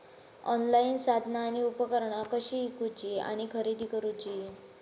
Online साधना आणि उपकरणा कशी ईकूची आणि खरेदी करुची?